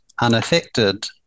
unaffected